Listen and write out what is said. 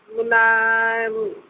ওলাই